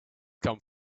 come